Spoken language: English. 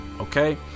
okay